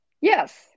yes